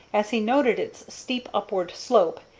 as he noted its steep upward slope,